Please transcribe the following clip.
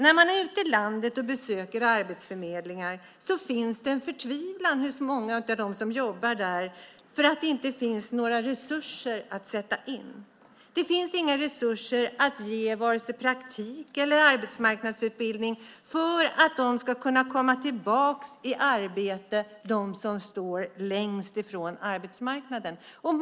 När man är ute i landet och besöker Arbetsförmedlingen finns det en förtvivlan hos många som jobbar där för att det inte finns några resurser att sätta in. Det finns inga resurser att ge vare sig praktik eller arbetsmarknadsutbildning för att de som står längst ifrån arbetsmarknaden ska kunna komma tillbaka i arbete.